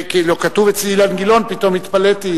לא, כתוב אצלי "אילן גילאון", ופתאום התפלאתי.